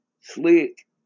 slick